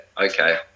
Okay